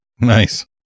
Nice